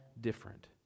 different